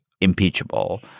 impeachable